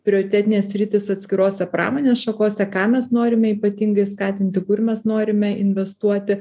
prioritetinės sritys atskirose pramonės šakose ką mes norime ypatingai skatinti kur mes norime investuoti